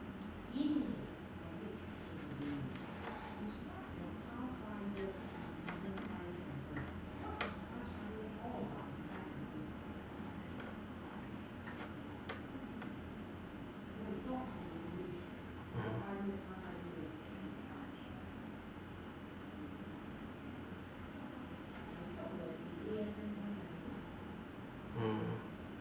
mmhmm